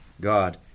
God